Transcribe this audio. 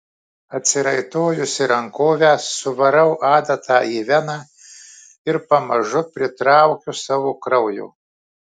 atsiraitojusi rankovę suvarau adatą į veną ir pamažu pritraukiu savo kraujo